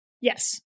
Yes